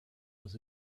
was